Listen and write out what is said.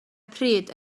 pryd